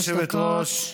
גברתי היושבת-ראש,